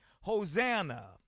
Hosanna